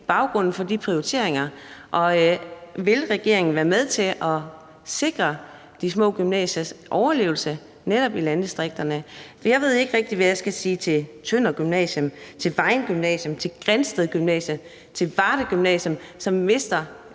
baggrunden for de prioriteringer, og vil regeringen være med til at sikre de små gymnasiers overlevelse netop i landdistrikterne? Jeg ved ikke rigtig, hvad jeg skal sige til Tønder Gymnasium, til Vejen Gymnasium, til Grindsted Gymnasium, til Varde Gymnasium, som mister